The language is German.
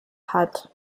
hat